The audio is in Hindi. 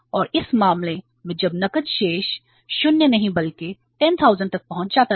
और इस मामले में जब नकद शेष 0 नहीं बल्कि 10000 तक पहुंच जाता है